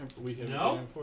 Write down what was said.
No